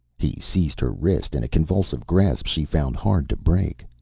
he seized her wrist in a convulsive grasp she found hard to break.